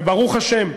וברוך השם,